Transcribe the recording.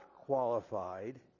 qualified